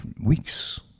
weeks